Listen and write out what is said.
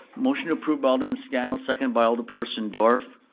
motion to approve by alderman scannell. seconded by alderperson dorff,